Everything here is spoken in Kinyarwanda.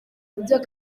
ibyo